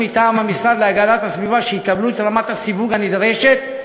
מטעם המשרד להגנת הסביבה שיקבלו את רמת הסיווג הנדרשת,